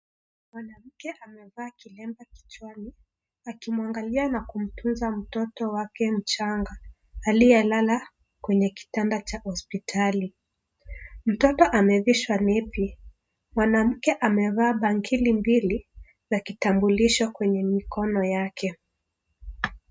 Mwanamke amevaa kiremba kicwani. Akimwangalia na kumtunza mtoto wake mchanga aliyelala kwenye kitanda cha hospitali. Mtoto amevishwa nepi. Mwanamke amevaa bangili mbili na kitambulisho kwenye mikono yake.